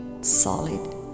solid